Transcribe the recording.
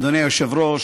אדוני היושב-ראש,